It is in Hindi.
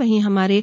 वहीं हमारे